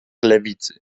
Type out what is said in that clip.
lewicy